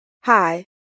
Hi